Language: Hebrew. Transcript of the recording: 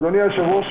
אדוני היושב ראש,